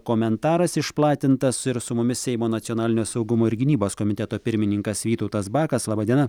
komentaras išplatintas ir su mumis seimo nacionalinio saugumo ir gynybos komiteto pirmininkas vytautas bakas laba diena